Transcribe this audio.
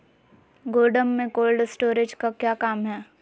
गोडम में cold storage का क्या काम है?